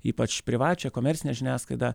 ypač privačią komercinę žiniasklaidą